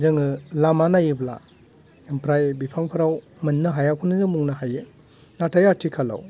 जोङो लामा नायोब्ला ओमफ्राय बिफांफोराव मोननो हायाखौनो जों बुंनो हायो नाथाय आथिखालाव